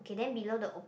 k then below the open